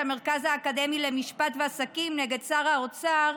המרכז האקדמי למשפט ועסקים נגד שר האוצר,